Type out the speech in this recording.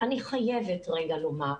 אני חייבת רגע לומר,